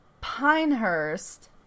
Pinehurst